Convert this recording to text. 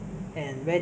ah 炒虾面